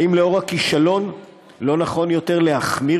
האם לנוכח הכישלון לא נכון יותר להחמיר